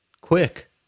quick